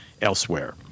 elsewhere